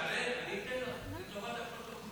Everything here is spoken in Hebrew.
שרן, אני אתן לך, לטובת הפרוטוקול.